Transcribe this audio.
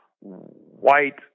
white